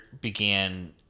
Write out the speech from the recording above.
began